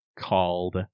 called